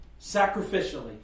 Sacrificially